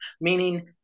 meaning